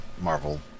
Marvel